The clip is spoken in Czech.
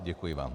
Děkuji vám.